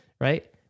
right